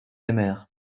aimèrent